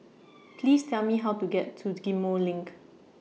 Please Tell Me How to get to Ghim Moh LINK